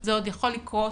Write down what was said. זה עוד יכול לקרות